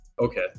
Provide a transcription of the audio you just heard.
Okay